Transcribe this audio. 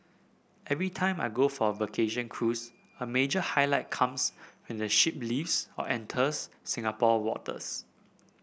every time I go for a vacation cruise a major highlight comes when the ship leaves or enters Singapore waters